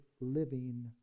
living